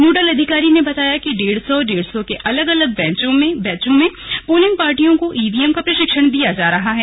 nodal अधिकारी ने बताया कि डेढ़ सौ डेढ़ सौ के अलग अलग बैचों में पोलिंग पार्टियों को ईवीएम का प्रशिक्षण दिया जा रहा है